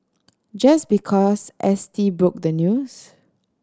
just because S T broke the news